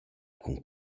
cun